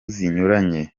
zinyuranye